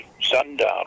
sundown